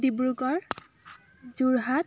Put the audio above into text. Dibrugarh Jorhat